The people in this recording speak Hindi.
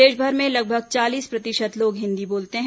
देशभर में लगभग चालीस प्रतिशत लोग हिंदी बोलते हैं